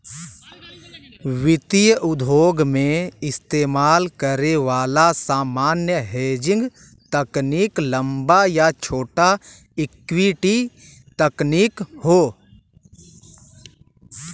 वित्तीय उद्योग में इस्तेमाल करे वाला सामान्य हेजिंग तकनीक लंबा या छोटा इक्विटी तकनीक हौ